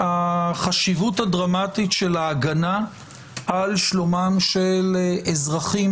מהחשיבות הדרמטית של ההגנה על שלומם של אזרחים